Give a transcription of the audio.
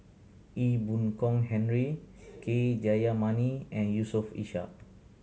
Ee Boon Kong Henry K Jayamani and Yusof Ishak